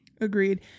Agreed